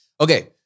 Okay